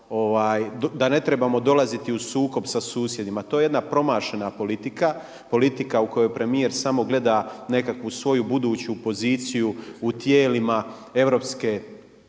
mi ne trebamo dolaziti u sukob sa susjedima. To je jedna promašena politika, politika u kojoj premijer samo gleda nekakvu svoju buduću poziciju u tijelima Europske komisije,